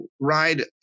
ride